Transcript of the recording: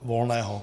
Volného.